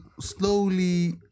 slowly